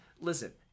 listen